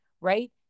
right